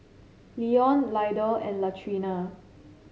Leon Lydell and Latrina